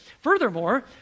Furthermore